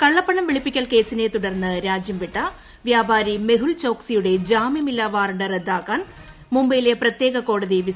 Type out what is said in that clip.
കള്ളപ്പണം വെളുപ്പിക്കൽ ്കേസിനെ തുടർന്ന് രാജ്യംവിട്ട വ്യാപാരി മെഹുൽ ചോക്സിയുടെ ജാമൃമില്ലാ വാറണ്ട് റദ്ദാക്കാൻ മുംബൈയിലെ പ്രത്യേക കോടതി വിസമ്മതിച്ചു